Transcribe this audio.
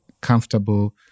comfortable